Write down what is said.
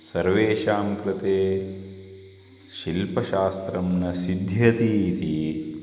सर्वेषां कृते शिल्पशास्त्रं न सिद्ध्यति इति